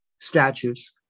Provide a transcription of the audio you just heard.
statues